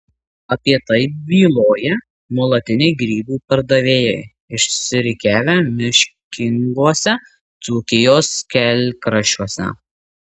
apie tai byloja nuolatiniai grybų pardavėjai išsirikiavę miškinguose dzūkijos kelkraščiuose